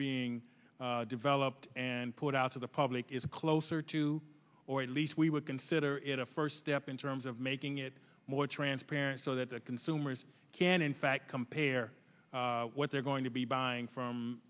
being developed and put out to the public is closer to or at least we would consider it a first step in terms of making it more transparent so that the consumers can in fact compare what they're going to be buying from